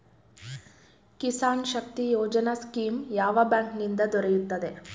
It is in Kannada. ಕಿಸಾನ್ ಶಕ್ತಿ ಯೋಜನಾ ಸ್ಕೀಮ್ ಯಾವ ಬ್ಯಾಂಕ್ ನಿಂದ ದೊರೆಯುತ್ತದೆ?